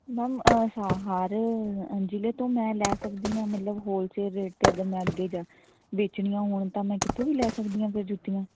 ma'am ਸਾ ਹਰ ਜ਼ਿਲ੍ਹੇ ਤੋਂ ਮੈਂ ਲੈ ਸਕਦੀ ਹਾਂ ਮਤਲਬ ਹੋਲਸੇਲ ਰੇਟ 'ਤੇ ਅਗਰ ਮੈਂ ਅੱਗੇ ਜਾ ਵੇਚਣੀਆਂ ਹੋਣ ਤਾਂ ਮੈਂ ਕਿਤੋਂ ਵੀ ਲੈ ਸਕਦੀ ਹਾਂ ਫਿਰ ਜੁੱਤੀਆਂ